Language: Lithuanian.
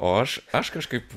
o aš aš kažkaip